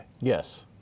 Yes